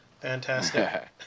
Fantastic